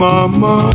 Mama